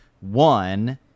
One